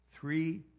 three